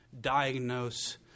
diagnose